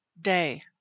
day